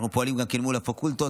אנחנו פועלים גם מול הפקולטות.